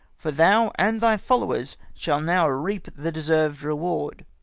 for thou and thy followers shall now reap the deserved reward